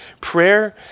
prayer